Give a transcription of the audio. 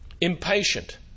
impatient